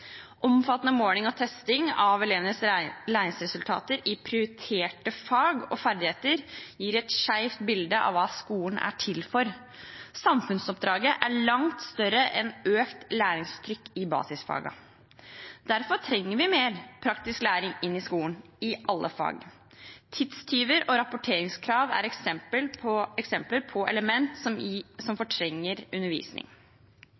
Omfattende måling og testing av elevenes læringsresultater i prioriterte fag og ferdigheter gir et skjevt bilde av hva skolen er til for. Samfunnsoppdraget er langt større enn å gi økt læringstrykk i basisfagene. Derfor trenger vi mer praktisk læring inn i skolen i alle fag. Tidstyver og rapporteringskrav er eksempler på elementer som fortrenger undervisning. I Senterpartiets ånd er det de med skoen på som